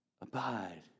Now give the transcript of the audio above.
Abide